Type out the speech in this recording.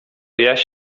jaś